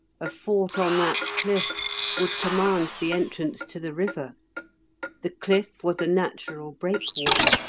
a fort on that cliff would command the entrance to the river the cliff was a natural breakwater,